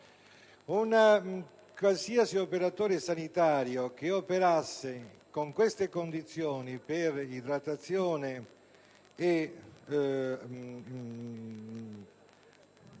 qualsiasi operatore sanitario che operasse in queste condizioni per idratazione e altro